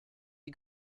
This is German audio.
die